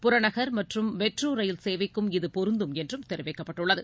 புறநகர் மற்றும் metro rail சேவைக்கும் இது பொருந்தும் என்றும் தெரிவிக்கப்பட்டுள்ளது